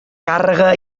càrrega